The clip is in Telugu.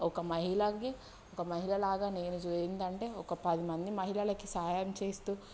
ఒక మహిళకి ఒక మహిళలాగా నేను జూయిందంటే ఒక పదిమంది మహిళలకు సహాయం చేస్తూ